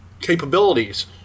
capabilities